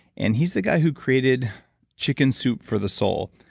and he's the guy who created chicken soup for the soul,